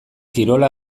kirola